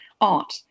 art